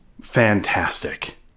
fantastic